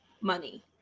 money